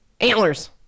Antlers